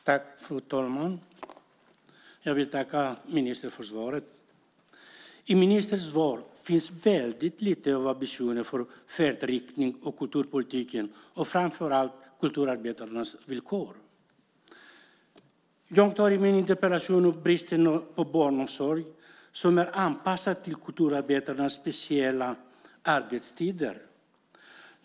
Fru talman! Jag vill tacka ministern för svaret. Men i ministerns svar finns det väldigt lite av ambitioner och färdriktning inom kulturpolitiken, framför allt när det gäller kulturarbetarnas villkor. I min interpellation tar jag upp frågan om bristen på en barnomsorg som är anpassad till kulturarbetarnas speciella arbetstider.